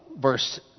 verse